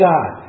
God